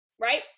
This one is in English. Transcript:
right